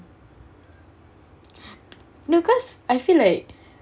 no because I feel like